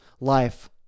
life